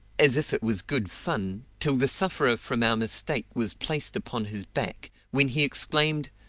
as if it was good fun, till the sufferer from our mistake was placed upon his back, when he exclaimed